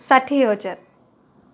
ସାଠିଏହଜାର